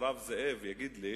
הרב זאב יגיד לי